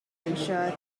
ensure